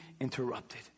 interrupted